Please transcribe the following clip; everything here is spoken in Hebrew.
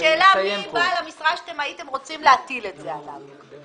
השאלה מי בעל המשרה שאתם הייתם רוצים להטיל את זה עליו.